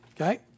Okay